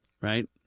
right